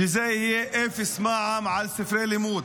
שזה יהיה אפס מע"מ על ספרי לימוד.